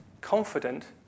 confident